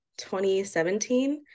2017